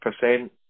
percent